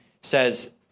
says